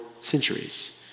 centuries